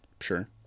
sure